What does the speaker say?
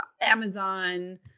Amazon